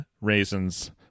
raisins